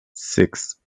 six